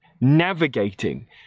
navigating